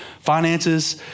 Finances